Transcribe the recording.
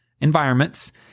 environments